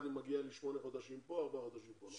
שמגיעים לך שמונה חודשים כאן וארבעה חודשים כאן.